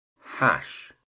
hash